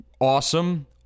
awesome